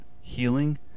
healing